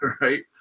right